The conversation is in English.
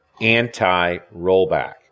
anti-rollback